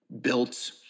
built